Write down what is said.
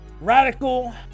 radical